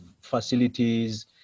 facilities